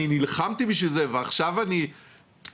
אני נלחמתי בשביל זה ועכשיו אני פצועה,